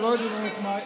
אנחנו לא יודעים בדיוק מה,